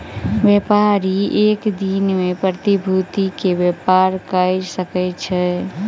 व्यापारी एक दिन में प्रतिभूति के व्यापार कय सकै छै